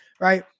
Right